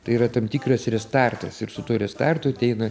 tai yra tam tikras restartas ir su tuo restartu ateina